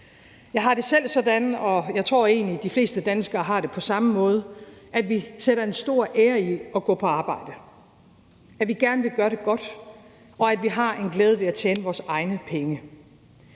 Jeg har det selv sådan, og jeg tror egentlig, at de fleste danskere har det på samme måde, nemlig at vi sætter en stor ære i at gå på arbejde, at vi gerne vil gøre det godt, og at vi har en glæde ved at tjene vores egne penge.